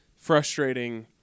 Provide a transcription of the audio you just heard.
frustrating